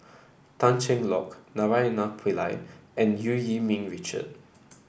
Tan Cheng Lock Naraina Pillai and Eu Yee Ming Richard